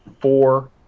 four